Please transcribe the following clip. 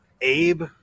Abe